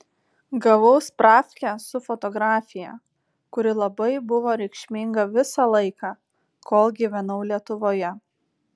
gavau spravkę su fotografija kuri labai buvo reikšminga visą laiką kol gyvenau lietuvoje